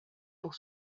pour